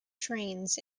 trains